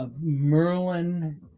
merlin